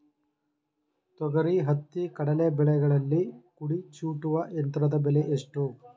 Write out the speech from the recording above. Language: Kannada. ತೊಗರಿ, ಹತ್ತಿ, ಕಡಲೆ ಬೆಳೆಗಳಲ್ಲಿ ಕುಡಿ ಚೂಟುವ ಯಂತ್ರದ ಬೆಲೆ ಎಷ್ಟು?